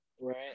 Right